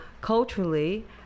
culturally